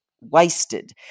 wasted